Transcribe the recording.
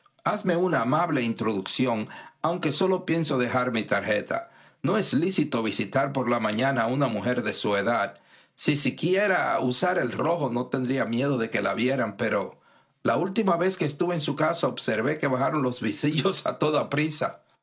hazme una amable t introducción aunque sólo pienso dejar mi tarjeta i no es lícito visitar por la mañana a una mujer de su edad si siquiera usara el rojo no tendría miedo de que la vieran pero la última vez que estuve en su casa observé que bajaron los visillos a toda prisa